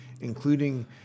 including